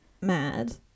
mad